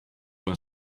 when